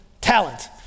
talent